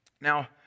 Now